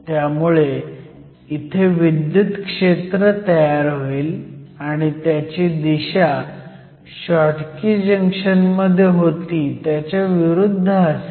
त्यामुळे इथे विद्युत क्षेत्र तयार होईल आणि त्याची दिशा शॉटकी जंक्शन मध्ये होती त्याच्या विरुद्ध असेल